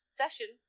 session